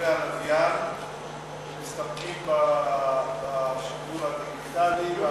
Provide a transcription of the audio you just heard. משידורי הלוויין ומסתפקים בשידור הדיגיטלי?